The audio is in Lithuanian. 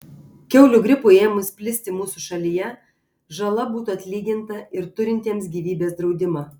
kiaulių gripui ėmus plisti mūsų šalyje žala būtų atlyginta ir turintiems gyvybės draudimą